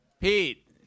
Pete